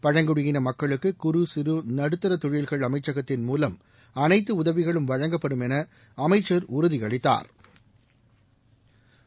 பழங்குடியின மக்களுக்கு குறுசிறு நடுத்தர தொழில்கள் அமைச்சகத்தின் மூலம் அனைத்து உதவிகளும் வழங்கப்படும் என அமைச்சர் உறுதி அளித்தாா்